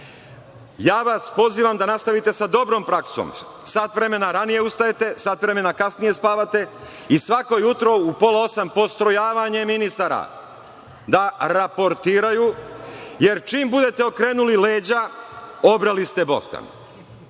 Pozivam vas da nastavite sa dobrom praksom, sat vremena ranije ustajete, sat vremena kasnije spavate, i svako jutro u pola osam postrojavanje ministara, da raportiraju, jer čim budete okrenuli leđa, obrali ste bostan. Što